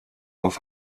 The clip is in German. auf